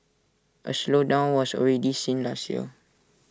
A slowdown was already seen last year